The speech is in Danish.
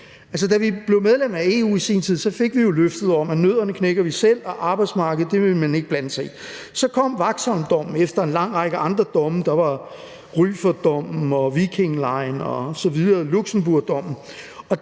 da vi blev medlem af EU i sin tid, fik vi jo løftet om, at nødderne knækker vi selv, og arbejdsmarkedet ville man ikke blande sig i. Så kom Vaxholmdommen efter en lang række andre domme – der var Rüffertdommen, Viking Line-dommen, Luxembourgdommen